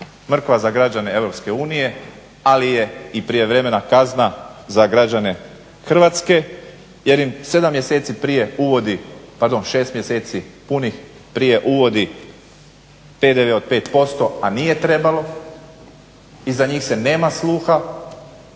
mrkva za građane Europske unije, ali je i prijevremena kazna za građane Hrvatske jer im 7 mjeseci prije uvodi, pardon 6 mjeseci punih prije uvodi PDV od 5%, a nije trebalo i za njih se nema sluha,